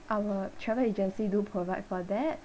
our travel agency do provide for that